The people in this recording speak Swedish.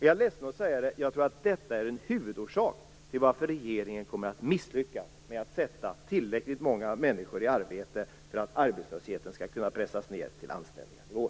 Jag är ledsen att säga det, men jag tror att detta är en huvudorsak till att regeringen kommer att misslyckas med att sätta tillräckligt många människor i arbete för att arbetslösheten skall kunna pressas ned till anständiga nivåer.